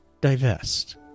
divest